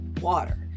water